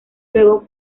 luego